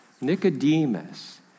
Nicodemus